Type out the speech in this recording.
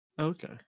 Okay